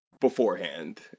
beforehand